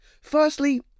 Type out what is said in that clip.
Firstly